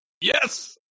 Yes